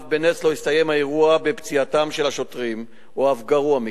ואך בנס לא הסתיים האירוע בפציעתם של השוטרים או אף גרוע מכך.